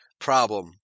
problem